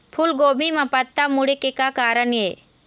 फूलगोभी म पत्ता मुड़े के का कारण ये?